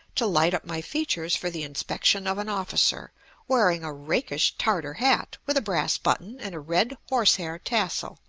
to light up my features for the inspection of an officer wearing a rakish tartar hat with a brass button and a red horse-hair tassel.